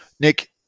Nick